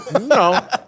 No